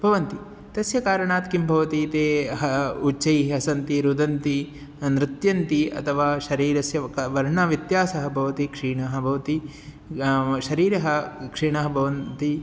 भवन्ति तस्य कारणात् किं भवति ते हा उच्चैः हसन्ति रुदन्ति नृत्यन्ति अथवा शरीरस्य का वर्णव्यत्यासः भवति क्षीणः भवति शरीरः क्षीणः भवति